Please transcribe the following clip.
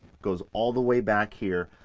goes all the way back here,